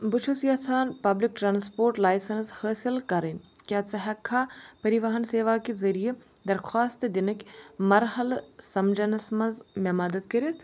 بہٕ چھُس یَژھان پَبلِک ٹرٛانٕسپورٹ لایسٮ۪نٕس حٲصِل کَرٕنۍ کیٛاہ ژٕ ہٮ۪ککھا پٔرِواہَن سیوا کہِ ذٔریعہٕ درخواست دِنٕکۍ مرحلہٕ سمجھَنس منٛز مےٚ مدتھ کٔرِتھ